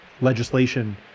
legislation